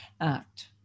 act